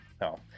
No